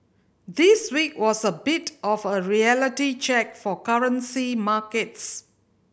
this week was a bit of a reality check for currency markets